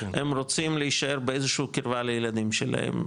הם רוצים להישאר באיזשהו קרבה לילדים שלהם,